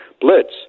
Blitz